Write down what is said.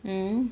mm